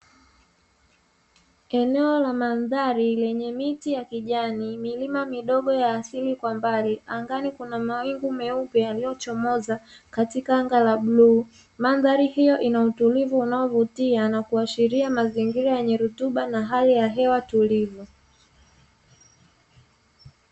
Eneo la mandhari lenye miti ya kijani, milima midogo ya asili kwa mbali, angani kuna mawingu meupe yaliyochomoza katika anga ya bluu. Mandhari hiyo ina utulivu unaovutia, na kuashiria mazingira yenye rutuba na hali ya hewa tulivu.